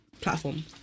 platform